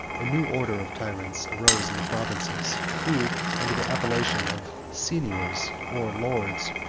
a new order of tyrants arose in the provinces, who, under the appellation of seniors, or lords,